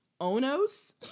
onos